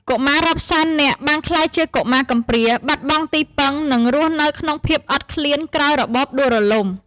កុមាររាប់សែននាក់បានក្លាយជាកុមារកំព្រា បាត់បង់ទីពឹង និងរស់នៅក្នុងភាពអត់ឃ្លានក្រោយរបបដួលរំលំ។